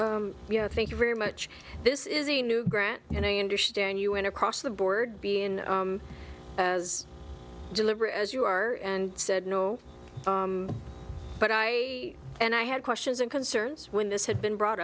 know thank you very much this is a new grant and i understand you went across the board be in as deliberate as you are and said no but i and i had questions and concerns when this had been brought